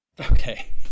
Okay